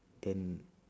then